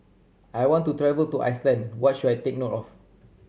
I want to travel to Iceland what should I take note of